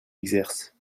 exercent